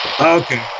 Okay